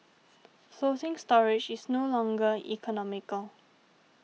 floating storage is no longer economical